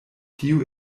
tio